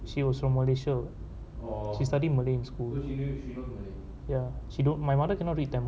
she was from malaysia what she study malay in school ya she don't my mother cannot read tamil